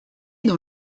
dans